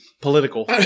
political